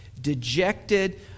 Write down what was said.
dejected